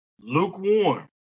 Lukewarm